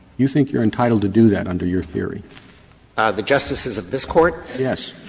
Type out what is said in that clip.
you think you're entitled to do that under your theory the justices of this court? yes